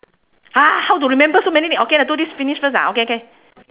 !huh! how to remember so many okay lah do this finish first ah okay can